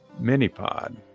minipod